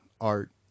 art